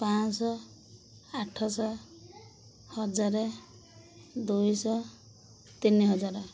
ପାଞ୍ଚଶହ ଆଠଶହ ହଜାରେ ଦୁଇଶହ ତିନି ହଜାର